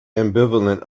ambivalent